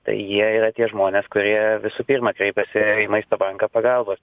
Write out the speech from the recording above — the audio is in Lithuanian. tai jie yra tie žmonės kurie visų pirma kreipiasi į maisto banką pagalbos